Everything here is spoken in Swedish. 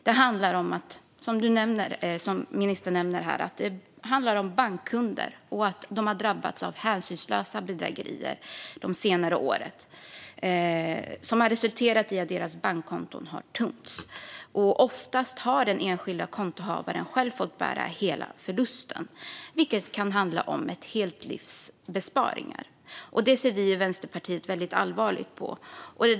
Det handlar, som ministern nämner, om bankkunder som har drabbats av hänsynslösa bedrägerier de senaste åren, som har resulterat i att deras bankkonton har tömts. Oftast har den enskilda kontohavaren själv fått bära hela förlusten, vilket kan handla om ett helt livs besparingar. Detta ser vi i Vänsterpartiet väldigt allvarligt på.